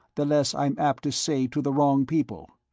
the less i'm apt to say to the wrong people.